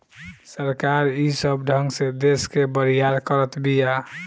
सरकार ई सब ढंग से देस के बरियार करत बिया